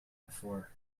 before